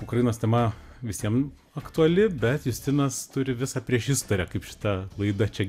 ukrainos tema visiem aktuali bet justinas turi visą priešistorę kaip šita laida čia